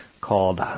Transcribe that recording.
called